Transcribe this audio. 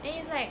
and it's like